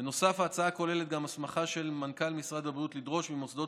בנוסף ההצעה כוללת הסמכה של מנכ"ל משרד הבריאות לדרוש ממוסדות